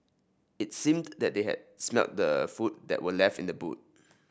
it seemed that they had smelt the food that were left in the boot